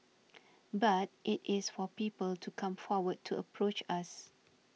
but it is for people to come forward to approach us